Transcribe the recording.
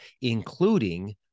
including